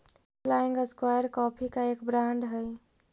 flying Squirrel coffee का एक brand हई